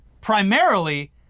primarily